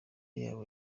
yabo